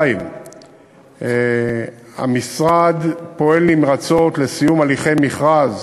2. המשרד פועל נמרצות לסיום הליכי מכרז